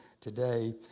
today